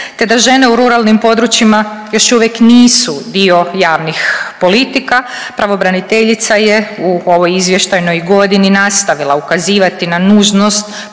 te da žene u ruralnim područjima još uvijek nisu dio javnih politika pravobraniteljica je u ovoj izvještajnoj godini nastavila ukazivati na nužnost